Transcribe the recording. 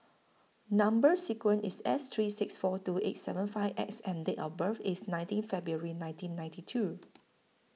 Number sequence IS S three six four two eight seven five X and Date of birth IS nineteen February nineteen ninety two